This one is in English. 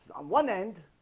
on one end